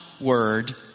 word